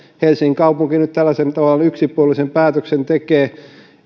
helsingin kaupunki nyt tällaisen tavallaan yksipuolisen päätöksen tekee